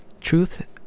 truth